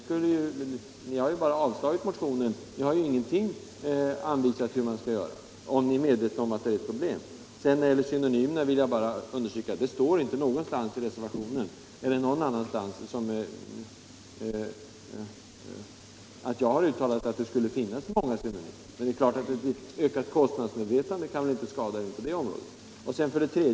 Utskottsmajoriteten har bara avstyrkt motionen — ni har inte anvisat någonting om hur man skall göra, fast ni är medvetna om att det föreligger ett problem. När det gäller synonymerna vill jag understryka att det inte står i reservationen och att jag inte har uttalat att det finns för många synonymer. Men det är klart att ett ökat kostnadsmedvetande inte kan skada på det området heller.